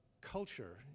culture